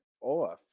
off